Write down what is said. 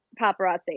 paparazzi